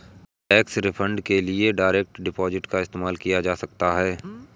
tax refund के लिए direct deposit का इस्तेमाल किया जा सकता हैं